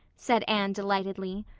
said anne delightedly.